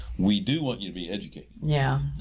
we do what you had be educated. yeah